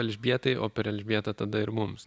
elžbietai o per elžbietą tada ir mums